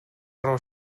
руу